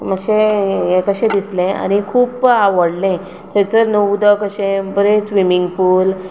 मात्शें हें कशें दिसलें आनी खूब आवडलें थंयचर न्हू उदक अशें बरें स्विमींग पूल